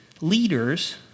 leaders